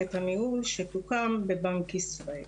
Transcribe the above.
מחלקת הניהול שתוקם בבנק ישראל.